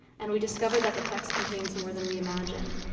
and we discover that the text contains more than we imagine